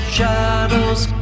shadows